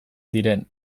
diren